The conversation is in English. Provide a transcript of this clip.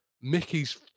mickey's